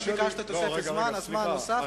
אתה ביקשת תוספת זמן, הזמן הוסף.